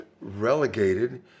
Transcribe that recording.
relegated